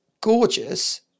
gorgeous